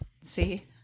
See